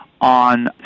on